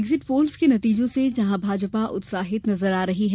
exit polls के नतीजों से जहां भाजपा उत्साहित नजर आ रही है